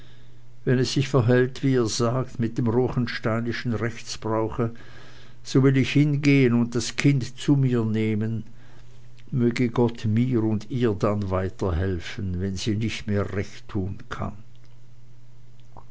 wenn es sich verhält wie ihr sagt mit dem ruechensteinischen rechtsbrauche so will ich hingehen und das kind zu mir nehmen möge gott mir und ihr dann weiterhelfen wenn sie nicht mehr recht tun kann